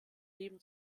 leben